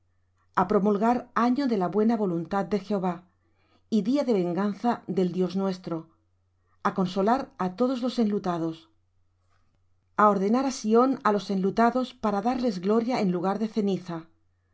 a promulgar año de la buena voluntad de jehová y día de venganza del dios nuestro á consolar á todos los enlutados a ordenar á sión á los enlutados para darles gloria en lugar de ceniza